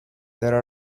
there